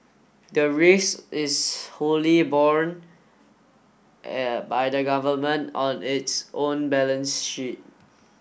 the risk is wholly borne by the government on its own balance sheet